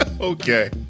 Okay